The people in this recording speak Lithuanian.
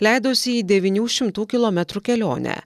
leidosi į devynių šimtų kilometrų kelionę